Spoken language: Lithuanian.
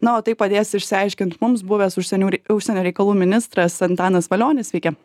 na o tai padės išsiaiškint mums buvęs užsienių rei užsienio reikalų ministras antanas valionis sveiki